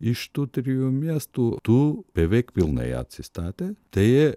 iš tų trijų miestų du beveik pilnai atsistatė tai